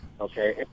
Okay